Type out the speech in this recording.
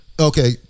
Okay